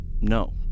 No